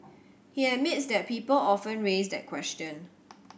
he admits that people often raise that question